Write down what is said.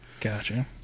Gotcha